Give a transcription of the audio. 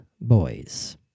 boys